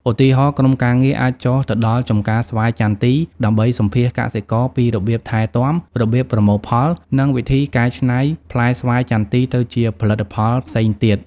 ឧទាហរណ៍ ក្រុមការងារអាចចុះទៅដល់ចម្ការស្វាយចន្ទីដើម្បីសម្ភាសន៍កសិករពីរបៀបថែទាំ របៀបប្រមូលផល និងវិធីកែច្នៃផ្លែស្វាយចន្ទីទៅជាផលិតផលផ្សេងទៀត។